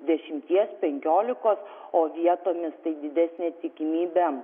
dešimties penkiolikos o vietomis tai didesnė tikimybė